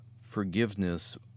forgiveness